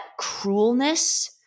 cruelness